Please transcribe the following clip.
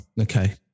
Okay